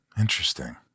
Interesting